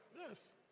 Yes